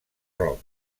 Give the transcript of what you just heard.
roc